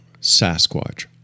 Sasquatch